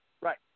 Right